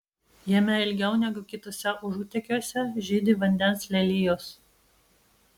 jame ilgiau negu kituose užutėkiuose žydi vandens lelijos